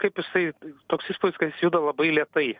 kaip jisai toks įspūdis kad jis juda labai lėtai